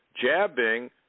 jabbing